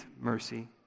mercy